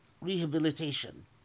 rehabilitation